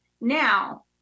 Now